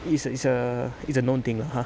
it's a it's a it's a known thing lah !huh!